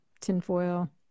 tinfoil